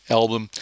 album